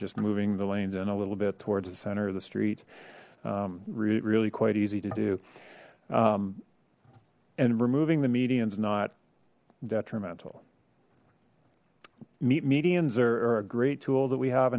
just moving the lanes and a little bit towards the center of the street really quite easy to do and removing the medians not detrimental meet medians are a great tool that we have